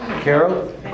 Carol